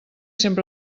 sempre